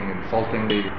insultingly